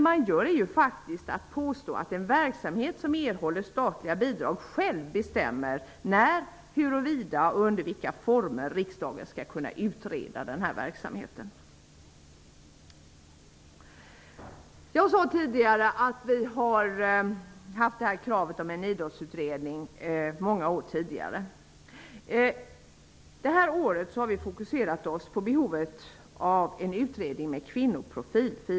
Man påstår faktiskt att en verksamhet som erhåller statliga bidrag själv skall bestämma när, huruvida och under vilka former riksdagen skall kunna utreda verksamheten. Jag sade tidigare att vi har drivit kravet om en idrottsutredning under många år. I år har vi fokuserat oss på behovet av en utredning med kvinnoprofil.